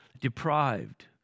deprived